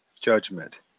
judgment